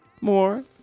more